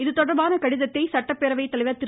இதுதொடர்பான கடிதத்தை சட்டப்பேரவை தலைவர் திரு